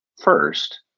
first